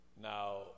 now